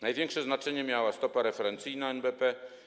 Największe znaczenie miała stopa referencyjna NBP.